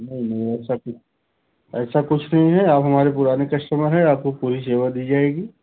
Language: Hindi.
नहीं नहीं ऐसा कुछ ऐसा कुछ नहीं है आप हमारे पुराने कस्टमर है आपको पूरी सेवा दी जाएगी